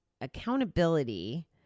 accountability